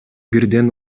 бирден